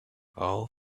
all